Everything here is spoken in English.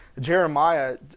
Jeremiah